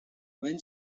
when